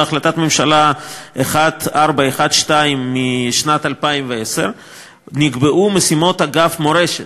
בהחלטת ממשלה מס' 1412 משנת 2010 נקבעו משימות אגף מורשת,